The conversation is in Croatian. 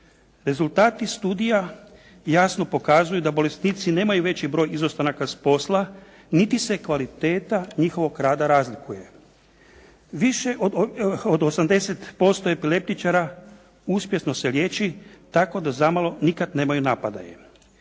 Rezultati studija jasno pokazuju da bolesnici nemaju veći broj izostanaka s posla niti se kvaliteta njihovog rada razlikuje. Više od 80% epileptičara uspješno se liječi tako da zamalo nikad nemaju napadaje.